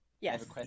yes